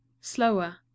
slower